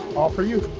all for you.